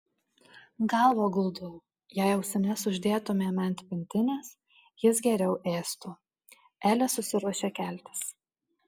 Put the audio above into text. galvą guldau jei ausines uždėtumėme ant pintinės jis geriau ėstų elė susiruošė keltis